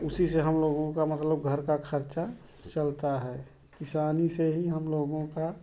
उसी से हम लोगों का मतलब घर का खर्चा चलता है किसानी से ही हम लोगों का